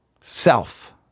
self